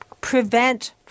Prevent